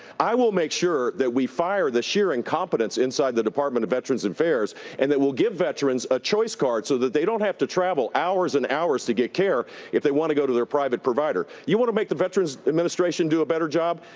i will make sure that we fire the sheer incompetence inside the department of veterans affairs and then we'll give veterans a choice card so that they don't have to travel hours and hours to get care if they want to go to their private provider. you want to make the veterans administration do a better job,